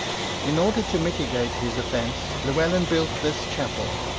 in order to mitigate his offence, llewelyn built this chapel,